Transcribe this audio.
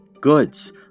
goods